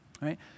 Right